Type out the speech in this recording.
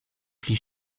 pli